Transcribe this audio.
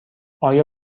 آیا